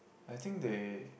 I think they